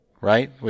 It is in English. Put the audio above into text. right